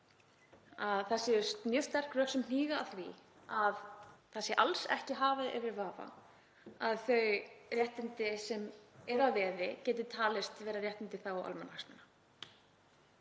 hnígi mjög sterk rök að því að það sé alls ekki hafið yfir vafa að þau réttindi sem eru að veði geti talist vera réttindi í þágu almannahagsmuna.